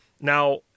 Now